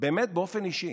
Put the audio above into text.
באמת באופן אישי,